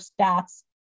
stats